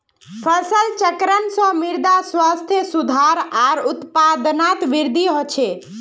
फसल चक्रण से मृदा स्वास्थ्यत सुधार आर उत्पादकतात वृद्धि ह छे